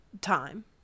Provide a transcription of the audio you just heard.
time